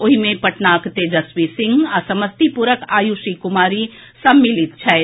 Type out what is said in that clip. ओहि मे पटनाक तेजस्वी सिंह आ समस्तीपुरक आयुषी कुमारी सम्मिलित छथि